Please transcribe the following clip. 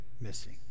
missing